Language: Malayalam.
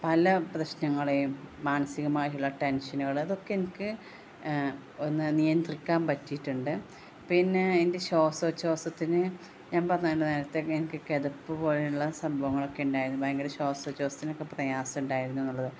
പല പ്രശ്നങ്ങളെയും മാനസികമായിട്ടുള്ള ടെൻഷനുകൾ അതൊക്കെ എനിക്ക് ഒന്ന് നിയന്ത്രിക്കാൻ പറ്റിയിട്ടുണ്ട് പിന്നെ ശ്വാസോച്ഛ്വാസത്തിന് ഞാൻ പറഞ്ഞല്ലോ നേരത്തെയൊക്കെ എനിക്ക് കിതപ്പ് പോലെയുള്ള സംഭവങ്ങളൊക്കെ ഉണ്ടായിരുന്നു ഭയങ്കര ശ്വാസോച്ഛ്വാസത്തിനൊക്കെ പ്രയാസമുണ്ടായിരുന്നു എന്നുള്ളത്